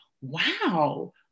wow